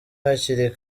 hakiri